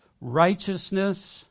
righteousness